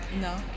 No